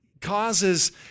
causes